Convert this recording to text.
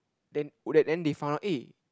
then go there then they found out eh